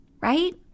right